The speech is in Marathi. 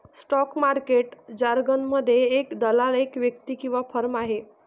स्टॉक मार्केट जारगनमध्ये, एक दलाल एक व्यक्ती किंवा फर्म आहे